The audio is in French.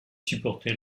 supporter